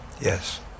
Yes